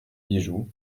bijoux